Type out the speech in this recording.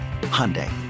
Hyundai